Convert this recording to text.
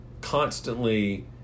constantly